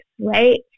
right